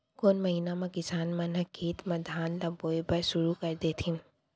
कोन महीना मा किसान मन ह खेत म धान ला बोये बर शुरू कर देथे?